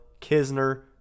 Kisner